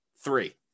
three